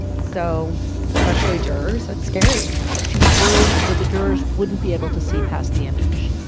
and so especially jurors. that's scary she was worried that the jurors wouldn't be able to see past the image.